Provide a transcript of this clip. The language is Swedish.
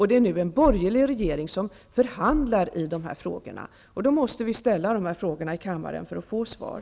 Det är nu en borgerlig regering som förhandlar i dessa frågor. Då måste dessa frågor ställas i kammaren för att få svar.